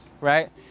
right